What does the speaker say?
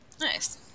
nice